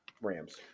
Rams